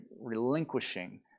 relinquishing